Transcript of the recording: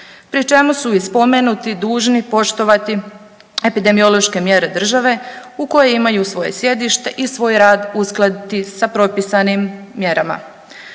pri čemu su i spomenuti dužn poštovati epidemiološke mjere države u kojoj imaju svoje sjedište i svoj rad uskladiti sa propisani mjerama.